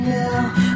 now